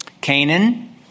Canaan